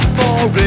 more